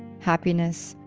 happiness.